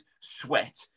sweat